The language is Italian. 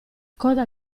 coda